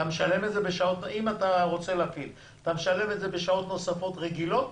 אם אתה רוצה להפעיל אתה משלם את זה בשעות נוספות רגילות?